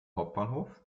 hauptbahnhof